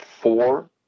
four